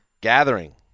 gathering